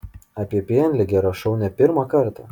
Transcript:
apie pienligę rašau ne pirmą kartą